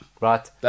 Right